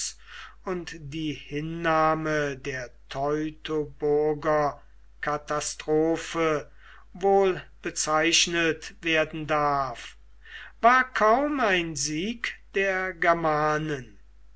und die hinnahme der teutoburger katastrophe wohl bezeichnet werden darf war kaum ein sieg der germanen